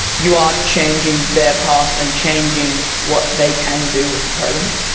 you are changing their past and changing what they can do in the present.